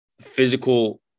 physical